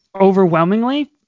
overwhelmingly